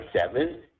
seven